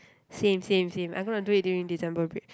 same same same I'm gonna do it during December break